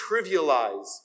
trivialize